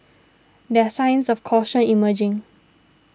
there are signs of caution emerging